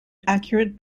accurate